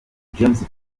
james